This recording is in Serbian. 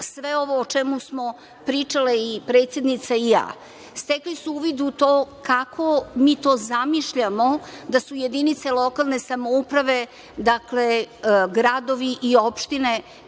sve ovo o čemu smo pričale i predsednica i ja. Stekli su uvid u to kako mi to zamišljamo da su jedinice lokalne samouprave, dakle gradovi i opštine,